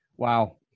Wow